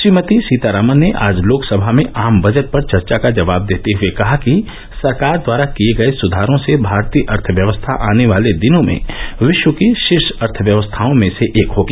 श्रीमती सीतारामन ने आज लोकसभा में आम बजट पर चर्चा का जवाब देते हये कहा कि सरकार द्वारा किये गये सुधारों से भारतीय अर्थव्यवस्था आने वाले दिनों में विश्व की शीर्ष अर्थव्यवस्थाओं में से एक होगी